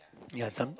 ya some